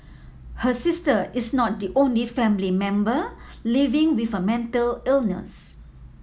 her sister is not the only family member living with a mental illness